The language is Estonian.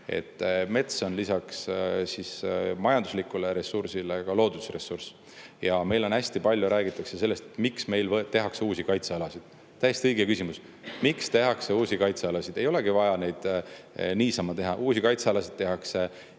mets on lisaks majanduslikule ressursile ka loodusressurss. Meil hästi palju räägitakse sellest, et miks meil tehakse uusi kaitsealasid. Täiesti õige küsimus: miks tehakse uusi kaitsealasid? Ei olegi vaja neid niisama teha, uusi kaitsealasid tehakse